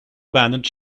abandoned